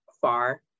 far